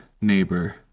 neighbor